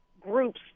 groups